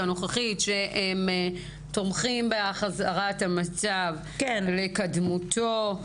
הנוכחית שהם תומכים בהחזרת המצב לקדמותו.